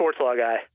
SportsLawGuy